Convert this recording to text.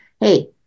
hey